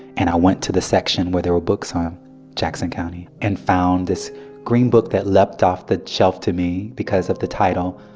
and i went to the section where there were books on jackson county and found this green book that leapt off the shelf to me because of the title,